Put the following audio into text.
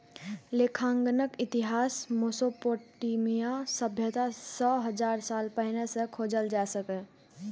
लेखांकनक इतिहास मोसोपोटामिया सभ्यता सं हजार साल पहिने सं खोजल जा सकै छै